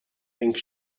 think